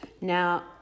Now